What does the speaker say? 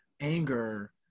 anger